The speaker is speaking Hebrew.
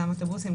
גם אוטובוסים,